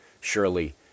surely